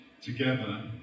together